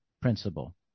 principle